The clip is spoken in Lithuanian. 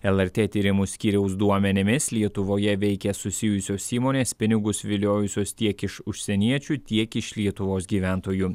lrt tyrimų skyriaus duomenimis lietuvoje veikė susijusios įmonės pinigus viliojusios tiek iš užsieniečių tiek iš lietuvos gyventojų